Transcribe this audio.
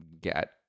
get –